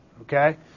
okay